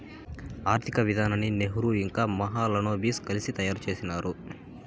ఆర్థిక విధానాన్ని నెహ్రూ ఇంకా మహాలనోబిస్ కలిసి తయారు చేసినారు